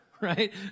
right